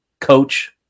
coach